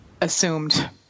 assumed